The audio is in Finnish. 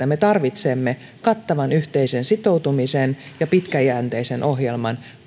me tarvitsemme kattavan yhteisen sitoutumisen ja pitkäjänteisen ohjelman